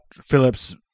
Phillip's